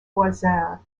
voisin